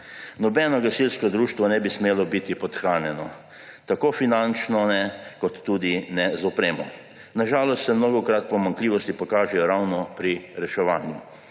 Nobeno gasilsko društvo ne bi smelo biti podhranjeno tako finančno ne kot tudi ne z opremo. Na žalost se mnogokrat pomanjkljivosti pokažejo ravno pri reševanju.